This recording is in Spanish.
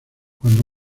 cuando